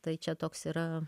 tai čia toks yra